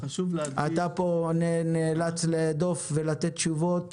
אתה פה נאלץ להדוף ולתת תשובות